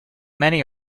many